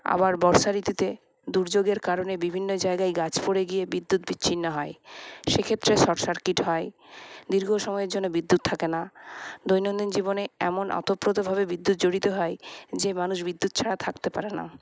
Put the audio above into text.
আবার বর্ষা ঋতুতে দুর্যোগের কারণে বিভিন্ন জায়গায় গাছ পড়ে গিয়ে বিদ্যুৎ বিচ্ছিন্ন হয় সেক্ষেত্রে শর্ট সার্কিট হয় দীর্ঘ সময়ের জন্য বিদ্যুৎ থাকেনা দৈনন্দিন জীবনে এমন ওতপ্রোতভাবে বিদ্যুৎ জড়িত হয় যে মানুষ বিদ্যুৎ ছাড়া থাকতে পারেনা